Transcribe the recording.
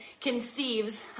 conceives